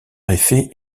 effet